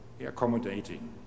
accommodating